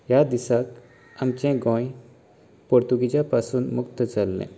ह्या दिसाक आमचें गोंय पुर्तूगीजां पासून मुक्त जाल्लें